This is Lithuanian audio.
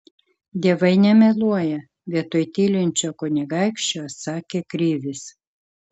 dievai nemeluoja vietoj tylinčio kunigaikščio atsakė krivis